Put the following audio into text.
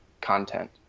content